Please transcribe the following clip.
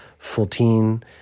14